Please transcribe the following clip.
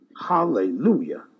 hallelujah